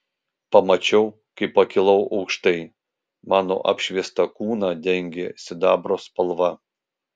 pamačiau kaip pakilau aukštai mano apšviestą kūną dengė sidabro spalva